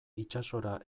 itsasora